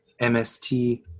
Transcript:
MST